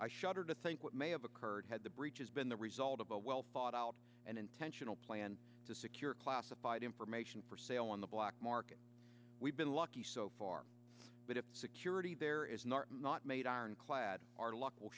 i shudder to think what may have occurred had the breaches been the result of a well thought out and intentional plan to secure classified information for sale on the black market we've been lucky so far but if security there is not not made ironclad our luck will